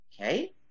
Okay